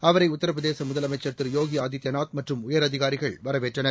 அவரை உத்திர பிரதேச முதலமைச்ச் திரு போகி ஆதித்பநாத் மற்றும் உயரதிகாரிகள் வரவேற்றனர்